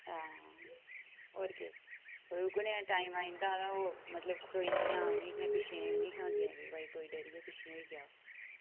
आं और केह् कोई उऐ नेहा टाइम आई जंदा हा ते ओह् मतलब खड़ोई जंदियां हियां पिच्छे नेहियां होंदियां भई कोई डरियै पिच्छै होई गेआ